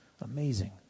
Amazing